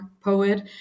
poet